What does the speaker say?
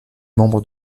membre